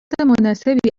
مناسبی